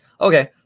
Okay